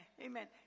amen